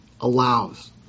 allows